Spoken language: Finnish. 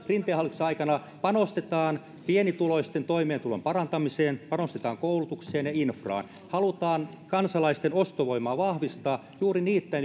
rinteen hallituksen aikana panostetaan pienituloisten toimeentulon parantamiseen panostetaan koulutukseen ja infraan halutaan kansalaisten ostovoimaa vahvistaa juuri niiden